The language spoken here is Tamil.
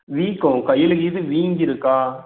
வீக்கம் கையில் கீது வீங்கி இருக்கா